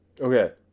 okay